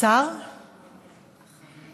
חבריי חברי הכנסת,